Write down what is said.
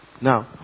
Now